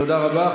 תודה רבה.